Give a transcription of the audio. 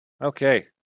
Okay